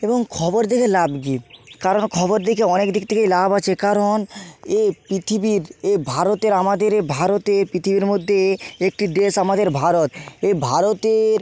এবং খবর দেখে লাভ কী কারণ খবর দেখে অনেক দিক থেকেই লাভ আছে কারণ এ পৃথিবীর এ ভারতের আমাদের এ ভারতে পৃথিবীর মধ্যে একটি দেশ আমাদের ভারত এ ভারতের